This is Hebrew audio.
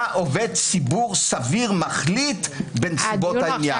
עובד ציבור סביר מחליט בנסיבות העניין.